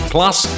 Plus